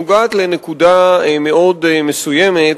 נוגעת בנקודה מאוד מסוימת,